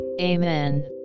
Amen